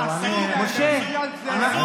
עבאס, עבאס, עבאס, עבאס.